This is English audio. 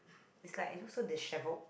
it's like it looks so disheveled